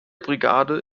brigade